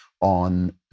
on